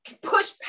push